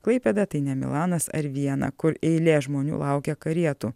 klaipėda tai ne milanas ar viena kur eilė žmonių laukia karietų